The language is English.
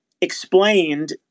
explained